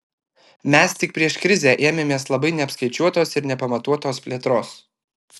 mes tik prieš krizę ėmėmės labai neapskaičiuotos ir nepamatuotos plėtros